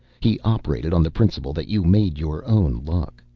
he operated on the principle that you made your own luck.